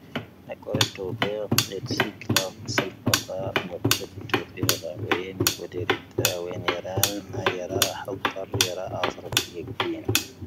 ⵎⴰⴽoⵔⴰⴷ ⴷoⴱⴻⵉⵔ, ⵍⴻ ⵜⵙⵢⴽⵍⴰ, ⵙⵢⵍⴼⴰ ⵜⵀⴰ, ⵎⵡⴰpⴰⴷ ⴷoⴱⴻⵉⵔ, ⵜⵀⴰ ⵡⴻⵏⴻ, ⵡⴰⴷⵉⵔⵉⵜ, ⵜⵀⴰ ⵡⴻⵏⴻ ⵢⴰⵔⴰⵏ, ⴰ ⵢⴰⵔⴰ, ⵀⴻⵍpⴰⵔ, ⵢⴰⵔⴰ ⴰⵣⴻⵔoⴼⵉ ⴻⴳⴻⵏ.